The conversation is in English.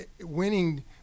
winning